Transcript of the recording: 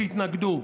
שיתנגדו.